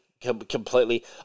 completely